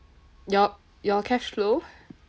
your your cash flow